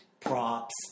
props